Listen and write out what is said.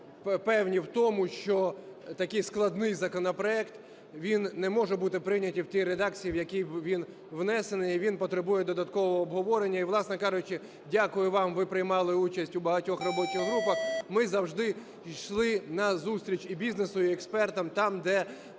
впевнені в тому, що такий складний законопроект, він не може бути прийнятий в тій редакції, в якій він внесений, і він потребує додаткового обговорення. І, власне кажучи, дякую вам, ви приймали участь в багатьох робочих групах. Ми завжди йшли назустріч і бізнесу, і експертам там, де поправки